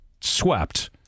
swept